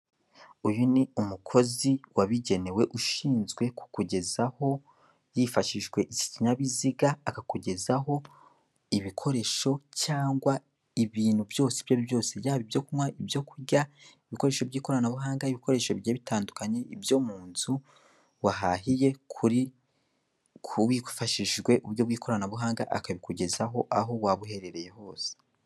Uyu ni umukozi wabigenewe ushinzwe kukugezaho yifashishwe iki kinyabiziga akakugezaho ibikoresho cyangwa ibintu byose ibyo ari byo byose yaba ibyo kunywa ibyo kurya, ibikoresho by'ikoranabuhanga, ibikoresho bigiye bitandukanye ibyo munzu wahahiye kuri ku hifashishijwe uburyo bw'ikoranabuhanga akabikugezaho aho waba uherereye hose.